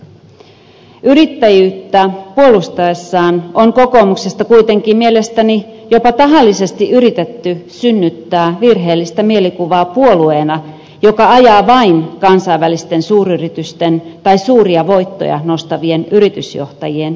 kun kokoomus on puolustanut yrittäjyyttä siitä on kuitenkin mielestäni jopa tahallisesti yritetty synnyttää virheellistä mielikuvaa puolueena joka ajaa vain kansainvälisten suuryritysten tai suuria voittoja nostavien yritysjohtajien etuja